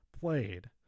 Played